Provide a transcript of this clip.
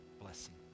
Blessing